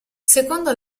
secondo